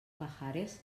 pajares